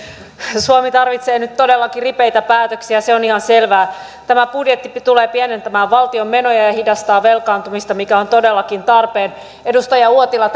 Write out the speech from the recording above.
suomi tarvitsee nyt todellakin ripeitä päätöksiä se on ihan selvää tämä budjetti tulee pienentämään valtion menoja ja hidastaa velkaantumista mikä on todellakin tarpeen edustaja uotila